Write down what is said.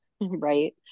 right